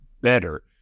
better